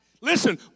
Listen